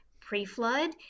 pre-flood